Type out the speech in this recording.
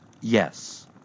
Yes